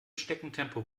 schneckentempo